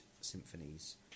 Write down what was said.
symphonies